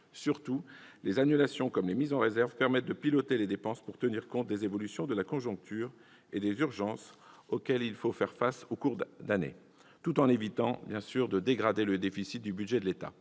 Surtout, les annulations comme les mises en réserve permettent de piloter les dépenses pour tenir compte des évolutions de la conjoncture et des urgences auxquelles il faut faire face en cours d'année, tout en évitant de dégrader le déficit de l'État.